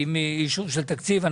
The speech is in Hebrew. עם אישור של תקציב.